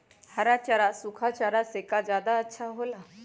हरा चारा सूखा चारा से का ज्यादा अच्छा हो ला?